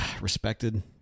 respected